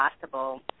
possible